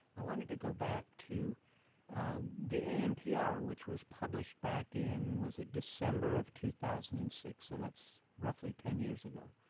i wanted to go back to the anpr, which was published back in was it december of two thousand and six? so that's roughly ten years ago.